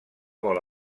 vol